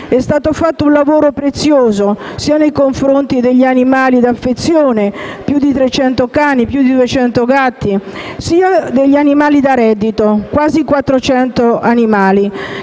È stato fatto un lavoro prezioso sia nei confronti di animali da affezione (più di 300 cani e più di 200 gatti), sia degli animali da reddito (quasi 400);